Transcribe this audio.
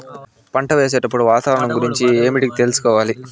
పంటలు వేసేటప్పుడు వాతావరణం గురించి ఏమిటికి తెలుసుకోవాలి?